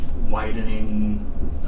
widening